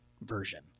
version